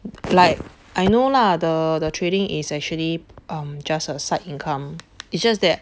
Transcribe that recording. like I know lah the the trading is actually um just a side income it's just that